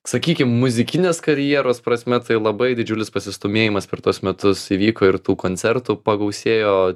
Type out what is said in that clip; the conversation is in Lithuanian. sakykim muzikinės karjeros prasme tai labai didžiulis pasistūmėjimas per tuos metus įvyko ir tų koncertų pagausėjo